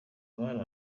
abari